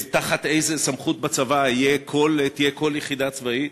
תחת איזו סמכות בצבא תהיה כל יחידה צבאית.